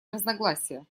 разногласия